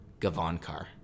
Gavankar